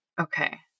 Okay